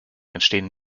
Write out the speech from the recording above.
entstehen